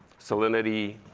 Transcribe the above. salinity.